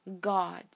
God